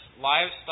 livestock